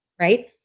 right